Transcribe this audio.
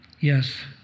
yes